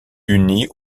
unis